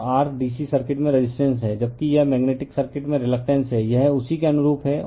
और R DC circuit में resistance है जबकि यह मेग्नेटिक सर्किट में रीलकटेन्स है यह उसी के अनुरूप है